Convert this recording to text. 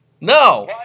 No